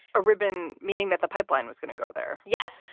a ribbon meaning that the pipeline was going to grow there. yeah.